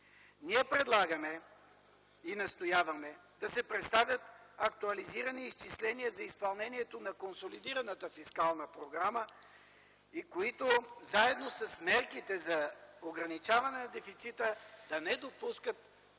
Ние предлагаме и настояваме да се представят актуализирани изчисления за изпълнението на консолидираната фискална програма, и които заедно с мерките за ограничаване на дефицита да не допускат